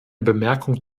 bemerkung